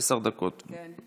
הצעת חוק הביטוח הלאומי (תיקון מס' 230),